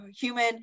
human